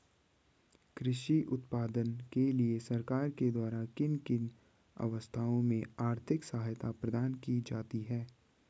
कृषि उत्पादन के लिए सरकार के द्वारा किन किन अवस्थाओं में आर्थिक सहायता प्रदान की जाती है?